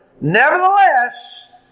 nevertheless